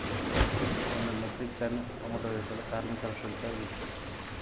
ಒಂದು metric ton tomato ಇಳಿಸಲು ಕಾರ್ಮಿಕರ ಶುಲ್ಕ ಎಷ್ಟು?